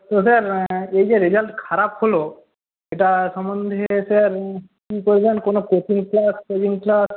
তো স্যার এই যে রেজাল্ট খারাপ হল এটা সম্বন্ধে স্যার কি প্রয়োজন কোনো কোচিং ক্লাস ফোচিং ক্লাস